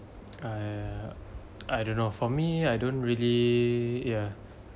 I uh I don't know for me I don't really ya